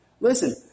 Listen